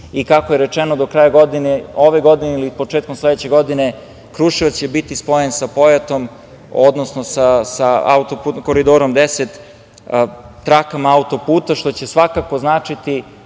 i kako je rečeno do kraja ove godine ili početkom sledeće godine Kruševac će biti spojen sa Pojatom, odnosno sa Koridorom 10, trakama autoputa, što će svakako značiti